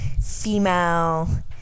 female